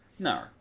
No